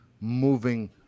moving